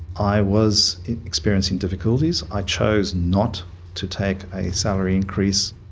i was experiencing difficulties. i chose not to take a salary increase.